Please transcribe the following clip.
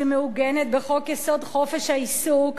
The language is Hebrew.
שמעוגנת בחוק-יסוד: חופש העיסוק,